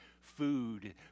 food